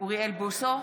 אוריאל בוסו,